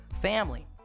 family